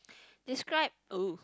describe a